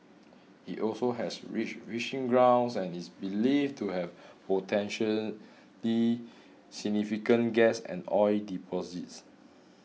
it also has rich grounds and is believed to have potentially significant gas and oil deposits